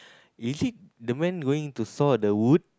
is it the man going to saw the wood